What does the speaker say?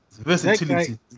versatility